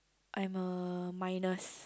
I'm a minus